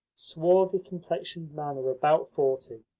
swarthy-complexioned man of about forty,